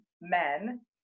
men